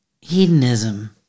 hedonism